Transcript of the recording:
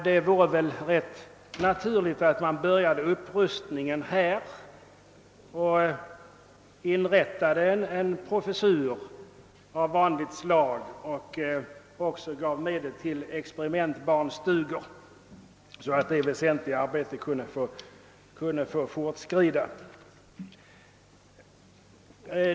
Det vore väl rätt naturligt att man började upprustningen inom detta institut och inrättade en professur av vanligt slag och även ställde medel till förfogande för experimentbarnstugor, så att det väsentliga arbetet kunde få fortskrida.